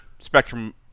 spectrum